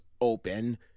open